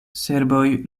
serboj